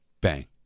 Bang